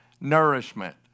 nourishment